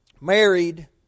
married